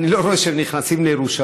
אני לא רואה שהם נכנסים לירושלים,